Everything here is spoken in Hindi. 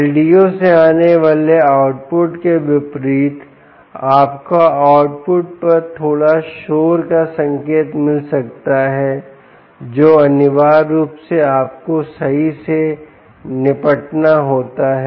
LDO से आने वाले आउटपुट के विपरीत आपको आउटपुट पर थोड़ा शोर का संकेत मिल सकता है जो अनिवार्य रूप से आपको सही से निपटना होता है